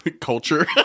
Culture